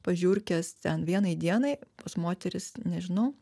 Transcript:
pas žiurkes ten vienai dienai pas moteris nežinau